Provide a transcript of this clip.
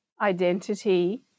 identity